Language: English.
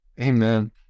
Amen